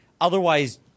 Otherwise